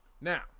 Now